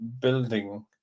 building